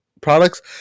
products